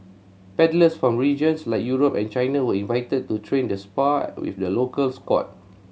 paddlers from regions like Europe and China were invited to train and spar with the local squad